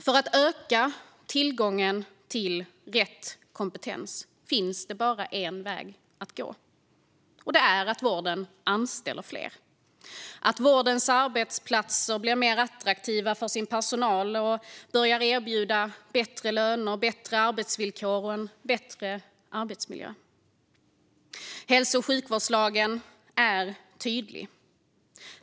För att öka tillgången till rätt kompetens finns det bara en väg att gå, och det är att vården anställer fler, att vårdens arbetsplatser blir mer attraktiva för sin personal och börjar erbjuda bättre löner, bättre arbetsvillkor och en bättre arbetsmiljö. Hälso och sjukvårdslagen är tydlig.